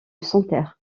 santerre